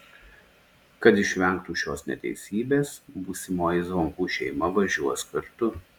kad išvengtų šios neteisybės būsimoji zvonkų šeima važiuos kartu